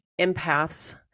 empaths